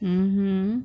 mmhmm